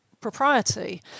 propriety